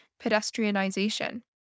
pedestrianization